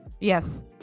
Yes